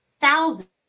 thousands